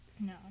No